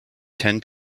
ten